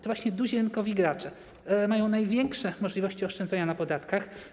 To właśnie duzi rynkowi gracze mają największe możliwości oszczędzania na podatkach.